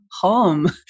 home